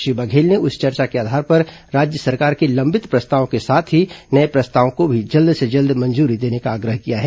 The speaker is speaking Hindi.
श्री बघेल ने उस चर्चा के आधार पर राज्य सरकार के लंबित प्रस्तावों के साथ ही नये प्रस्तावों को भी जल्द से जल्द मंजूरी देने का आग्रह किया है